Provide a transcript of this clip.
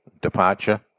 departure